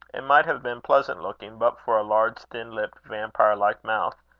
and might have been pleasant-looking, but for a large, thin-lipped, vampire-like mouth,